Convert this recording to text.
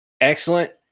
Excellent